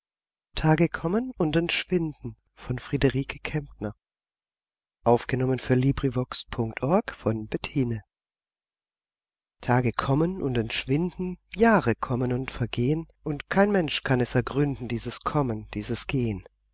und entschwinden tage kommen und entschwinden jahre kommen und vergeh'n und kein mensch kann es ergründen dieses kommen dieses geh'n